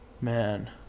Man